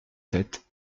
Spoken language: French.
sept